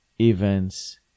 events